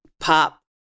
pop